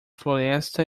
floresta